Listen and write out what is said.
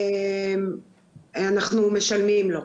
אנחנו משלמים לו.